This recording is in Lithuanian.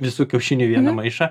visų kiaušinių į vieną maišą